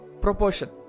proportion